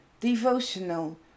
Devotional